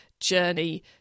journey